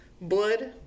blood